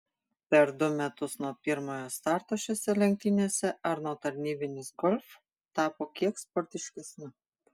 per du metus nuo pirmojo starto šiose lenktynėse arno tarnybinis golf tapo kiek sportiškesniu